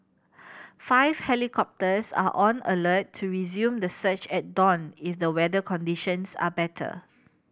five helicopters are on alert to resume the search at dawn if the weather conditions are better